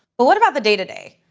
but what about the day-to-day?